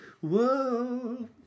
Whoa